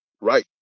Right